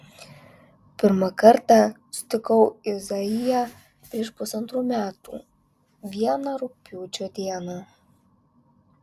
pirmą kartą sutikau izaiją prieš pusantrų metų vieną rugpjūčio dieną